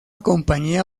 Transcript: compañía